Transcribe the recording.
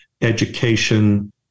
education